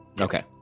Okay